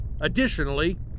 Additionally